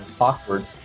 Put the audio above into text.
Awkward